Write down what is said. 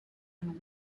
and